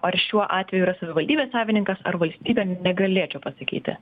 ar šiuo atveju yra savivaldybės savininkas ar valstybė negalėčiau pasakyti